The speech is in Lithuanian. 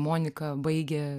monika baigė